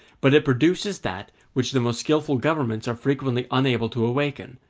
but it produces that which the most skilful governments are frequently unable to awaken,